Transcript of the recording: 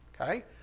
Okay